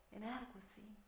Inadequacy